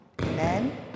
Amen